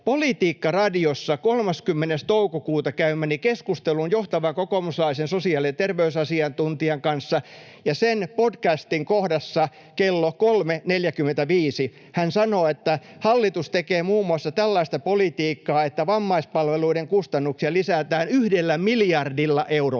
Politiikkaradiossa 30. toukokuuta käymäni keskustelun johtavan kokoomuslaisen sosiaali- ja terveysasiantuntijan kanssa, ja sen podcastin kohdassa 3.45 hän sanoo, että hallitus tekee muun muassa tällaista politiikkaa, että vammaispalveluiden kustannuksia lisätään yhdellä miljardilla eurolla